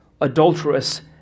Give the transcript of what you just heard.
adulterous